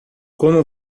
como